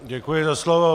Děkuji za slovo.